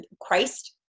Christ